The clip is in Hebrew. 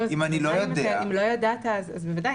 אם לא ידעת, בוודאי.